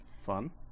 fun